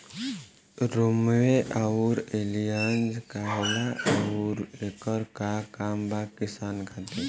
रोम्वे आउर एलियान्ज का होला आउरएकर का काम बा किसान खातिर?